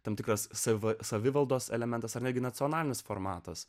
tam tikras savo savivaldos elementas ar netgi nacionalinis formatas